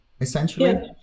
essentially